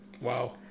Wow